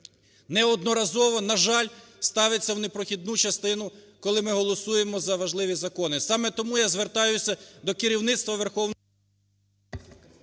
неодноразово, на жаль, ставиться в непрохідну частину, коли ми голосуємо за важливі закони. Саме тому я звертаюся до керівництва Верховної…